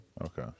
Okay